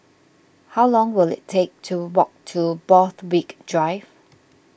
how long will it take to walk to Borthwick Drive